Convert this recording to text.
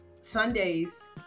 Sundays